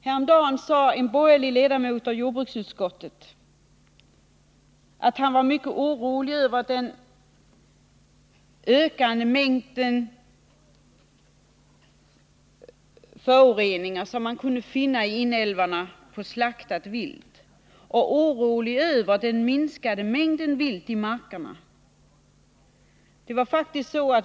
Häromdagen sade en borgerlig ledamot av jordbruksutskottet att han var mycket orolig över den minskande mängden vilt i markerna och över den ökande mängd föroreningar som man kunde finna i inälvorna på slaktat vilt.